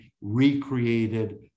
recreated